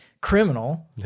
criminal